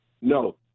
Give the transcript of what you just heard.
No